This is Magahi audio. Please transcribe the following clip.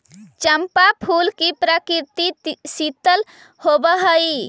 चंपा फूल की प्रकृति शीतल होवअ हई